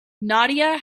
nadia